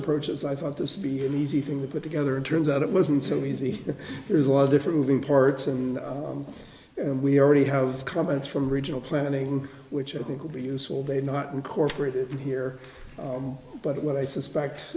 approach as i thought this would be an easy thing to put together and turns out it was and so easy there's a lot of different moving parts in and we already have comments from original planning which i think will be useful they not incorporated in here but what i suspect